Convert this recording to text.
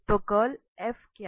तो कर्ल क्या है